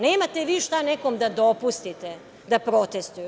Nemate šta vi nikome da dopustite da protestvuju.